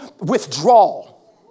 withdrawal